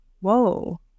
whoa